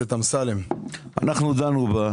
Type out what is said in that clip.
אמרתי שהנתון הוא שקרי, אני קובע את זה.